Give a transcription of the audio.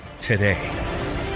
today